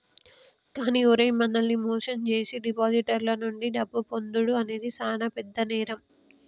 కానీ ఓరై మనల్ని మోసం జేసీ డిపాజిటర్ల నుండి డబ్బును పొందుడు అనేది సాన పెద్ద నేరం